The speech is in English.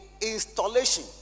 installation